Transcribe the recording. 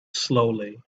slowly